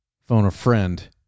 phone-a-friend